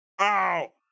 Ow